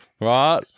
right